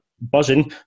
Buzzing